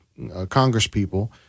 congresspeople